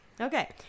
Okay